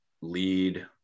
lead